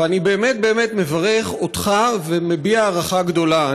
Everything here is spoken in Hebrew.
ואני באמת באמת מברך אותך ומביע הערכה גדולה.